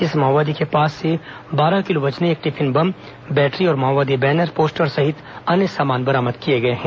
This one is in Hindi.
इस माओवादी के पास से बारह किलो वजनी एक टिफिन बम बैटरी और माओवादी बैनर पोस्टर सहित अन्य सामान बरामद किए गए हैं